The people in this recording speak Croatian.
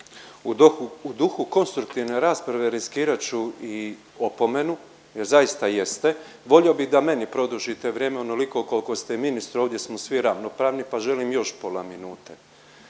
duhu konstruktivne rasprave riskirat ću i opomenu jer zaista jeste, volio bi da meni produžite vrijeme onoliko kolko ste ministru, ovdje smo svi ravnopravni, pa želim još pola minute.